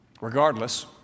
Regardless